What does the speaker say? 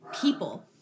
people